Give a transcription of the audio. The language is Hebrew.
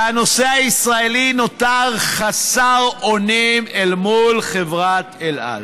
והנוסע הישראלי נותר חסר אונים אל מול חברת אל על.